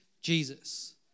Jesus